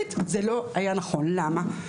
ספציפית זה לא היה נכון, למה?